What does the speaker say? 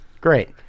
great